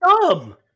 dumb